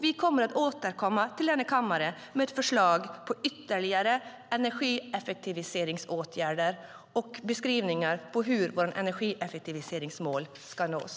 Vi kommer att återkomma till denna kammare med förslag på ytterligare energieffektiviseringsåtgärder och beskrivningar av hur våra energieffektiviseringsmål ska nås.